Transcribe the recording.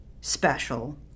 special